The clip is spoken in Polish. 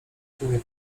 tłumie